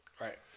Right